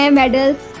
medals